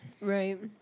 Right